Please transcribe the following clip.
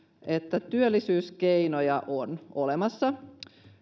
että työllisyyskeinoja on olemassa